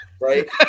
Right